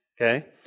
Okay